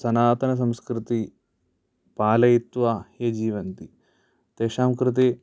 सनातनसंस्कृतिं पालयित्वा ये जीवन्ति तेषां कृते